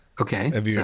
Okay